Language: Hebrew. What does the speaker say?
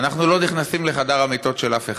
אנחנו לא נכנסים לחדר המיטות של אף אחד.